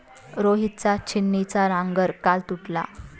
रोहितचा छिन्नीचा नांगर काल तुटला